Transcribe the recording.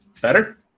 Better